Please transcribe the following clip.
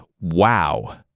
Wow